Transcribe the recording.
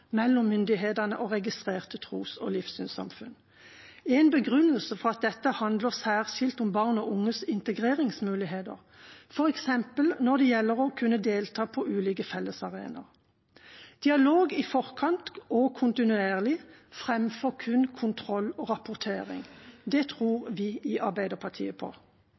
mellom myndighetene og registrerte tros- og livssynssamfunn. En begrunnelse for dette handler særskilt om barn og unges integreringsmuligheter, f.eks. når det gjelder å kunne delta på ulike fellesarenaer. Dialog i forkant og kontinuerlig fremfor kun kontrollrapportering – det tror vi i Arbeiderpartiet på.